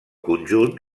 conjunt